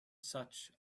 such